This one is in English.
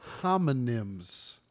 Homonyms